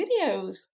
videos